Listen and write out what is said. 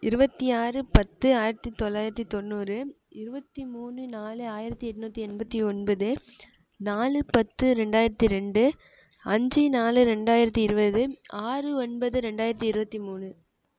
இருபத்தி ஆறு பத்து ஆயிரத்தி தொள்ளாயிரத்தி தொண்ணூறு இருபத்தி மூணு நாலு ஆயிரத்தி எண்நூத்தி எண்பத்தி ஒன்பது நாலு பத்து ரெண்டாயிரத்தி ரெண்டு அஞ்சு நாலு ரெண்டாயிரத்தி இருபது ஆறு ஒன்பது ரெண்டாயிரத்தி இருபத்தி மூணு